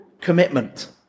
commitment